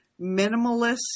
minimalist